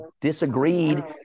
disagreed